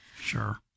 Sure